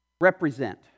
Represent